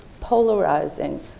polarizing